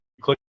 click